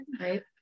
right